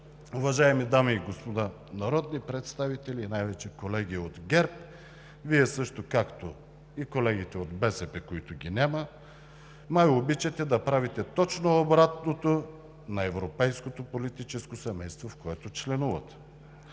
уважаеми дами и господа народни представители, най-вече колеги от ГЕРБ, Вие също, както и колегите от БСП, които ги няма, най-обичате да правите точно обратното на европейското политическо семейство, в което членувате.